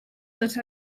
tots